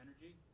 energy